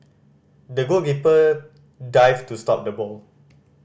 the goalkeeper dived to stop the ball